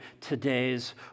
today's